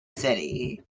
city